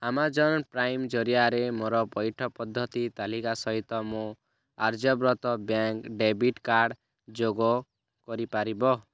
Amazon Prime ଜରିଆରେ ମୋର ପଇଠ ପଦ୍ଧତି ତାଲିକା ସହିତ ମୋ ଆର୍ଯ୍ୟବ୍ରତ ବ୍ୟାଙ୍କ୍ ଡ଼େବିଟ୍ କାର୍ଡ଼ ଯୋଗ କରିପାରିବ